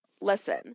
listen